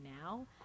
now